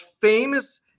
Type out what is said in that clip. famous